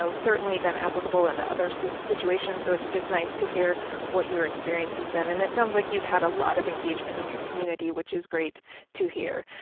so certainly been applicable in other so situations, so it's just nice to hear what your experience has been. and it sounds like you've had a lot of engagement in your community which is great to hear.